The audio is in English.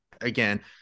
again